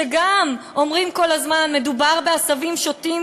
שגם אומרים כל הזמן: מדובר בעשבים שוטים,